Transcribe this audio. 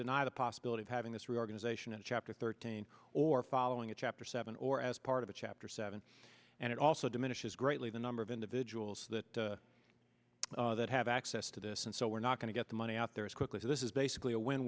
deny the possibility of having this reorganization a chapter thirteen or following a chapter seven or as part of a chapter seven and it also diminishes greatly the number of individuals that that have access to this and so we're not going to get the money out there as quickly so this is basically a win